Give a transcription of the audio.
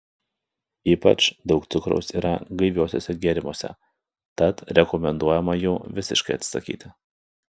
ypač daug cukraus yra gaiviuosiuose gėrimuose tad rekomenduojama jų visiškai atsisakyti